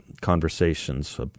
conversations